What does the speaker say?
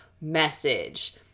message